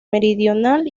meridional